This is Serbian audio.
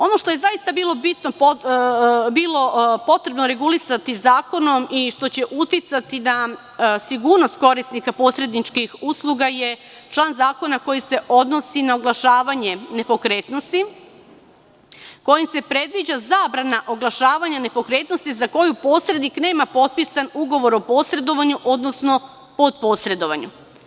Ono što je zaista bilo potrebno regulisati zakonom i što će uticati na sigurnost korisnika posredničkih usluga je član zakona koji se odnosi na oglašavanje nepokretnosti kojim se predviđa zabrana oglašavanja nepokretnosti za koju posrednik nema potpisan ugovor o posredovanju, odnosno podposredovanju.